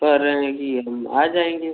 कह रहे हैं कि हम आज आएंगे